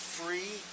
free